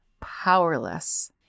powerless